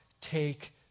take